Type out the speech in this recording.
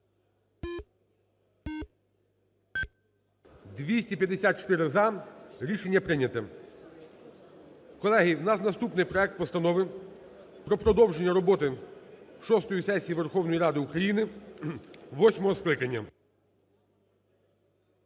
За-254 Рішення прийнято. Колеги, в нас наступний проект Постанови про продовження роботи шостої сесії Верховної Ради України восьмого скликання.